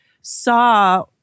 saw